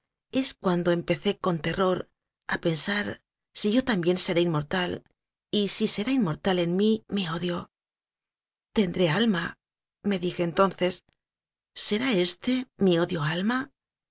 es cuando empecé con terror a pensar si yo también seré inmortal y si será inmortal en mí mi odio tendré almame dije entonces será este mi odio alma